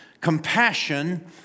compassion